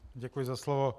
Děkuji za slovo.